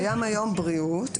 קיים היום בריאות.